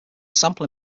sample